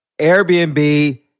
Airbnb